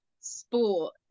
sport